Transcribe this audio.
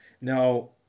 Now